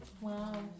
wow